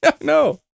No